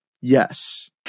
Yes